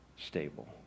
stable